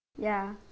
ya